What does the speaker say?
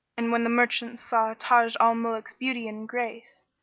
and when the merchants saw taj al-muluk's beauty and grace,